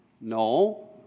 No